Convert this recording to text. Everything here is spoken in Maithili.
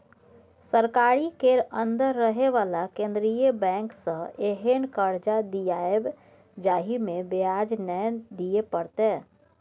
सरकारी केर अंदर रहे बला केंद्रीय बैंक सँ एहेन कर्जा दियाएब जाहिमे ब्याज नै दिए परतै